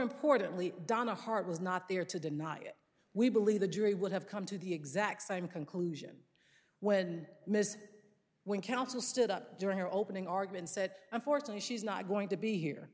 importantly donna hart was not there to deny it we believe the jury would have come to the exact same conclusion when miss when counsel stood up during her opening argument said unfortunately she's not going to be here